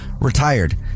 retired